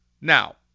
Now